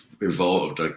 evolved